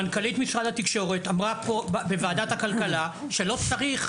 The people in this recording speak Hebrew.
מנכ"לית משרד התקשורת אמרה פה בוועדת הכלכלה שלא צריך